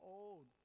old